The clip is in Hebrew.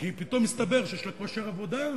כי פתאום מסתבר שיש לה כושר עבודה,